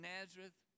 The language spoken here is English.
Nazareth